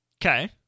Okay